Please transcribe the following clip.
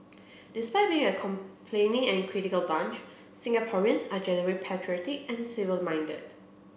despite being a complaining and critical bunch Singaporeans are generally patriotic and civil minded